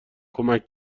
کمک